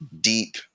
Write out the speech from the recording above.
deep